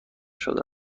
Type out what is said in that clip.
شده